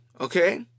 okay